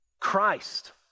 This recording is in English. Christ